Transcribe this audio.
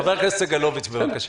חבר הכנסת סגלוביץ, בבקשה.